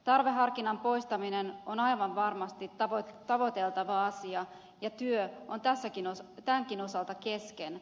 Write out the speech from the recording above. tarveharkinnan poistaminen on aivan varmasti tavoiteltava asia ja työ on tämänkin osalta kesken